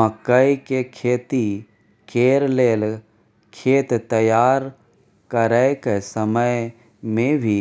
मकई के खेती कैर लेल खेत तैयार करैक समय मे भी